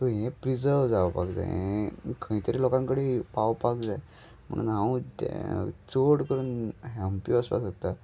so हें preserve जावपाक जाय हें खंय तरी लोकां कडेन पावपाक जाय म्हणून हांव चड करून हंपी वचपाक सोदता